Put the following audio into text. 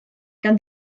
gan